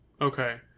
Okay